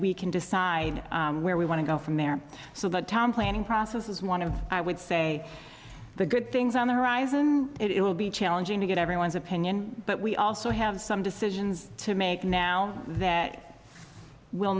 we can decide where we want to go from there so the town planning process is one of i would say the good things on the horizon it will be challenging to get everyone's opinion but we also have some decisions to make now that well